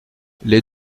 les